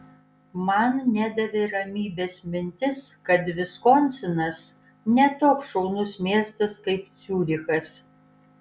man nedavė ramybės mintis kad viskonsinas ne toks šaunus miestas kaip ciurichas